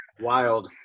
wild